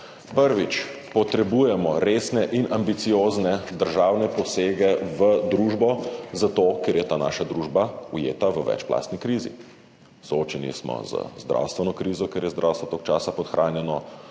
Prvič: potrebujemo resne in ambiciozne državne posege v družbo, zato ker je ta naša družba ujeta v večplastni krizi. Soočeni smo z zdravstveno krizo, ker je zdravstvo toliko časa podhranjeno,